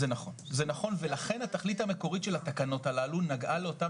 זה נכון ולכן התכלית המקורית של התקנות הללו נגעה לאותם